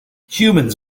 humans